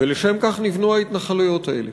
ולשם כך נבנו ההתנחלויות האלה.